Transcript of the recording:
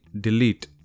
delete